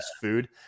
food